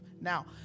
now